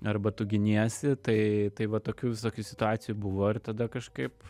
arba tu giniesi tai tai va tokių visokių situacijų buvo ir tada kažkaip